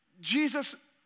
Jesus